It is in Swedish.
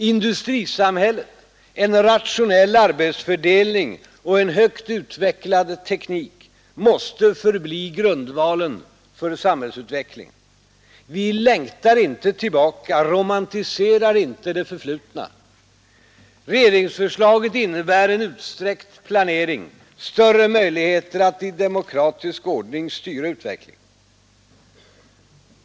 Industrisamhället, en rationell arbetsfördelning och en högt utvecklad teknik måste förbli grundvalen för samhällsutvecklingen. Vi längtar inte tillbaka, romantiserar inte det förflutna. Regeringsförslaget innebär en utsträckt planering, större möjlighet att i demokratisk ordning styra utvecklingen.